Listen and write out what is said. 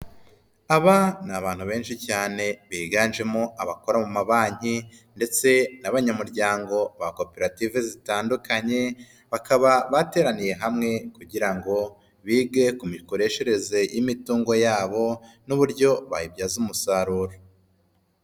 Aba ni abantu benshi cyane biganjemo abakora mu mabanki ndetse n'abanyamuryango ba koperative zitandukanye, bakaba bateraniye hamwe kugira ngo bige ku mikoreshereze y'imitungo yabo n'uburyo bayibyaza umusaruro.